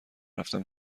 رفتم